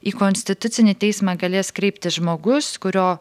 į konstitucinį teismą galės kreiptis žmogus kurio